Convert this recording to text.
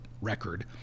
record